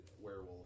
werewolf